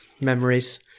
memories